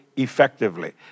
effectively